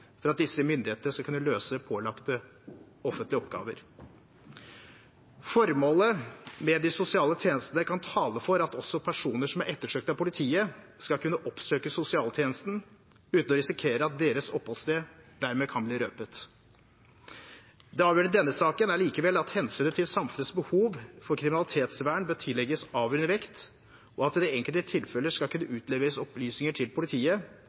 for at disse myndighetene skal kunne løse pålagte offentlige oppgaver. Formålet med de sosiale tjenestene kan tale for at også personer som er ettersøkt av politiet, skal kunne oppsøke sosialtjenesten uten å risikere at deres oppholdssted dermed kan bli røpet. Det avgjørende i denne saken er likevel at hensynet til samfunnets behov for kriminalitetsvern bør tillegges avgjørende vekt, og at det i enkelte tilfeller skal kunne utleveres opplysninger til politiet